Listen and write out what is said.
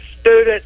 student